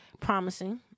promising